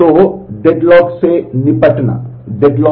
तो डेडलॉक से निपटना डेडलॉक